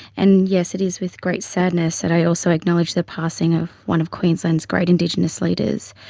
and yes, it is with great sadness that i also acknowledge the passing of one of queensland's great indigenous leaders,